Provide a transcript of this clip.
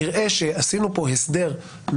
אני מכבדת את השקט הזה.